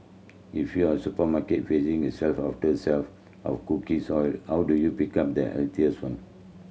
if you are supermarket facing a shelf after shelf of oil how do you pick up the healthiest one